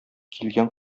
килгән